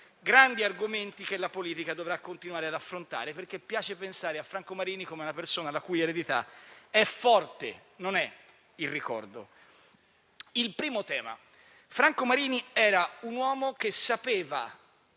grandi argomenti che la politica dovrà continuare ad affrontare, perché piace pensare a Franco Marini come a una persona la cui eredita è forte, non il ricordo. Il primo tema: Franco Marini era un uomo che sapeva